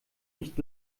nicht